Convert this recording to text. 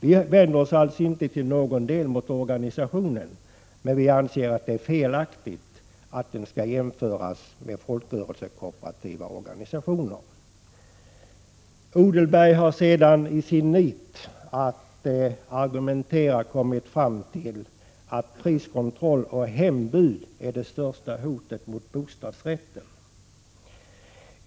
Vi vänder oss inte till någon del mot organisationen, men vi anser att det är felaktigt att den skall jämföras med folkrörelsekooperativa organisationer. Odenberg har sedan, i sitt nit att argumentera, kommit fram till att priskontroll och hembud är de största hoten mot bostadsrätten.